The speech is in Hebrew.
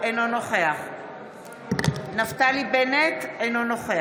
אינו נוכח נפתלי בנט, אינו נוכח